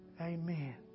Amen